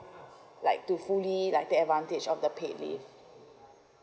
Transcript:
like to fully like take advantage of the paid leave